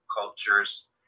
cultures